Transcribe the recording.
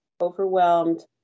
overwhelmed